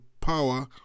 power